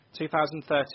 2013